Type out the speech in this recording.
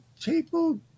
People